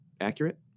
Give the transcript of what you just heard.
accurate